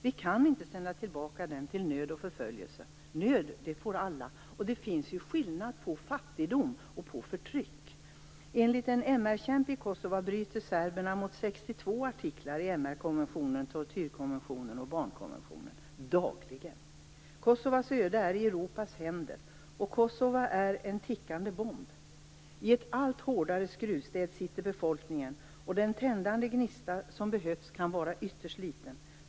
Vi kan inte sända tillbaka dem till nöd och förföljelse. Nöd får alla, men det finns skillnad på fattigdom och förtryck. Enligt en MR-kämpe i Kosova bryter serberna mot 62 artiklar i MR-konventionen, tortyrkonventionen och barnkonventionen dagligen. Kosovas öde är i Europas händer. Kosova är en tickande bomb. Befolkningen sitter i ett allt hårdare skruvstäd. Den tändande gnista som behövs kan vara ytterst liten.